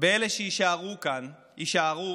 ואלה שיישארו כאן יישארו